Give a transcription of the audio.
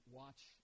watch